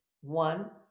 one